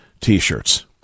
t-shirts